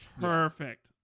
Perfect